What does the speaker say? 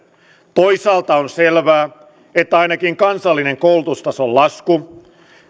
toisaalta on selvää että ainakin kansallinen koulutustason lasku